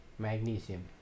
Magnesium